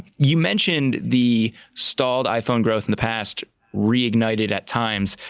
you mentioned the stalled iphone growth in the past reignited at times.